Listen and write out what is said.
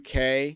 UK